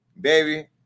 baby